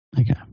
Okay